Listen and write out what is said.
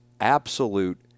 absolute